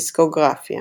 דיסקוגרפיה